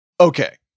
Okay